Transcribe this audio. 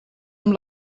amb